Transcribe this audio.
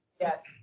Yes